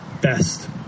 Best